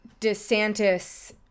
Desantis